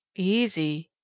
easy!